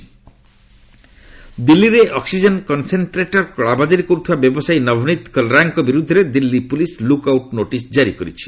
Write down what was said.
Delhi police ଦିଲ୍କୀରେ oxygen concentrator କଳାବଜାରୀ କରୁଥିବା ବ୍ୟବସାୟୀ ନବନୀତ କଲରାଙ୍କ ବିରୁଦ୍ଧରେ Delhi police look out notice ଜାରି କରିଛି